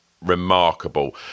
remarkable